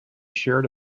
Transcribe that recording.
shared